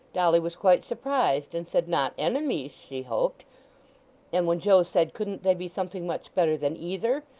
dolly was quite surprised, and said not enemies she hoped and when joe said, couldn't they be something much better than either,